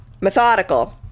methodical